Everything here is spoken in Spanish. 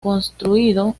construido